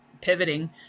pivoting